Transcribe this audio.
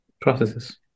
processes